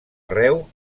arreu